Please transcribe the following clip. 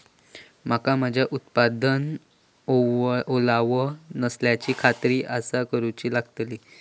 मका माझ्या उत्पादनात ओलावो नसल्याची खात्री कसा करुची लागतली?